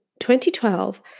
2012